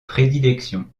prédilection